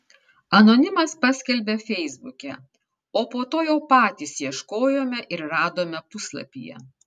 anonimas paskelbė feisbuke o po to jau patys ieškojome ir radome puslapyje